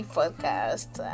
podcast